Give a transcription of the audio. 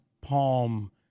Palm